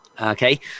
Okay